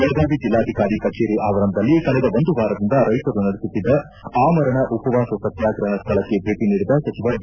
ಬೆಳಗಾವಿ ಜಿಲ್ಲಾಧಿಕಾರಿ ಕಚೇರಿ ಆವರಣದಲ್ಲಿ ಕಳೆದ ಒಂದು ವಾರದಿಂದ ರೈತರು ನಡೆಸುತ್ತಿದ್ದ ಆಮರಣ ಉಪವಾಸ ಸತ್ಕಾಗ್ರಹ ಸ್ಥಳಕ್ಕೆ ಭೇಟಿ ನೀಡಿದ ಸಚಿವ ಡಿ